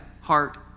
heart